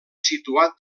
situat